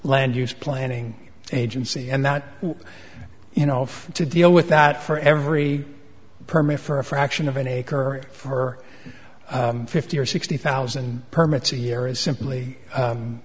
land use planning agency and that you know to deal with that for every permit for a fraction of an acre or for fifty or sixty thousand permits a year is simply u